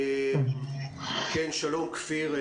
שלום, כפיר.